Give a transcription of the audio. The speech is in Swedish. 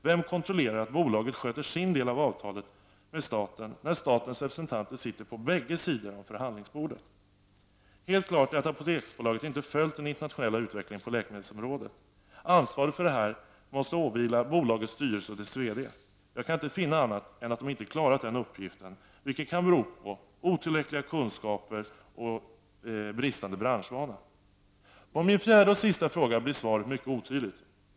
Vem kontrollerar att bolaget sköter sin del av avtalet med staten, när statens representanter sitter på bägge sidor om förhandlingsbordet? Helt klart är att Apoteksbolaget inte har följt den internationella utvecklingen på läkemedelsområdet. Ansvaret för detta måste åvila bolagets styrelse och dess VD. Jag kan inte finna annat än att de inte har klarat den uppgiften, vilket kan bero på otillräckliga kunskaper och bristande branschvana. På min fjärde och sista fråga blir svaret mycket otydligt.